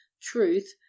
truth